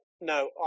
No